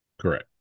Correct